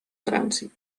trànsit